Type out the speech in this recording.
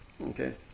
Okay